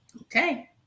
Okay